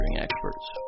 experts